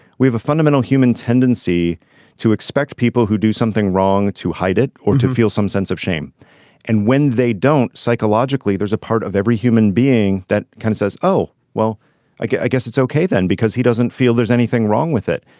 we have a fundamental human tendency to expect people who do something wrong to hide it or to feel some sense of shame and when they don't. psychologically there's a part of every human being that kind of says oh well i guess it's ok then because he doesn't feel there's anything wrong with it.